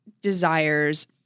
desires